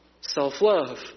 self-love